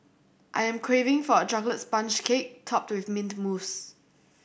I am craving for a chocolate sponge cake topped with mint mousse